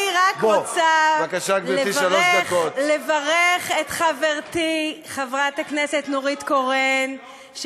אני רק רוצה לברך את חברתי חברת הכנסת נורית קורן על